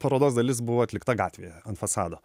parodos dalis buvo atlikta gatvėje ant fasado